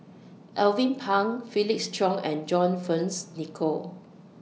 Alvin Pang Felix Cheong and John Fearns Nicoll